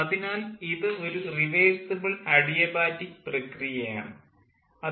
അതിനാൽ ഇത് ഒരു റിവേഴ്സിബിൾ അഡിയ ബാറ്റിക് പ്രക്രിയ ആണ്